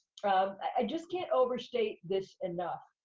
um i just can't overstate this enough.